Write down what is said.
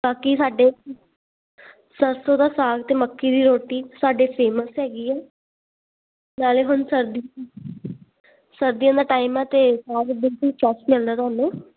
ਬਾਕੀ ਸਾਡੇ ਸਰਸੋਂ ਦਾ ਸਾਗ ਤੇ ਮੱਕੀ ਦੀ ਰੋਟੀ ਸਾਡੇ ਫੇਮਸ ਹੈਗੀ ਐ ਨਾਲੇ ਹੁਣ ਸਰਦੀ ਸਰਦੀਆਂ ਦਾ ਟਾਈਮ ਆ ਤੇ